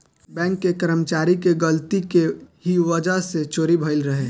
bank के कर्मचारी के गलती के ही वजह से चोरी भईल रहे